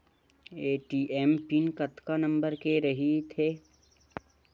ATM PIN कतका number के रही थे?